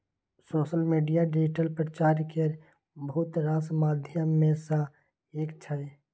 social media digital प्रचार केर बहुत रास माध्यम मे सँ एक छै